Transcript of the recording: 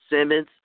Simmons